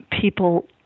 people